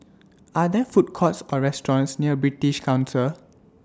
Are There Food Courts Or restaurants near British Council